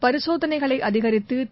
பரிசோதனைகளைஅதிகரித்தது